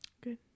Good